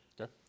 Okay